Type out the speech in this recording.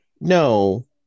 No